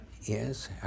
yes